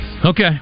Okay